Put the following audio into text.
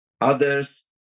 others